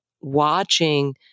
watching